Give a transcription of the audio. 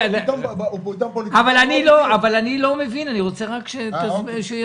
אני לא מבין ואני רוצה שהוא יסביר.